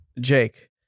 Jake